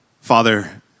Father